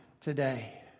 today